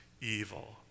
evil